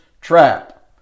trap